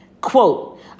Quote